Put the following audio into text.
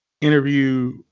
interview